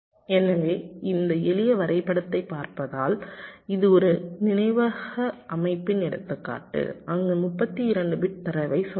எனவே இந்த எளிய வரைபடத்தைப் பார்த்தால் இது ஒரு நினைவக அமைப்பின் எடுத்துக்காட்டு அங்கு 32 பிட் தரவைச் சொல்லலாம்